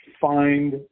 find